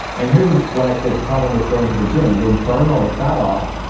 and here's but the problem with going to the gym, you'll burn all the fat off,